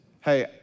Hey